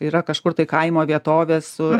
yra kažkur tai kaimo vietovės su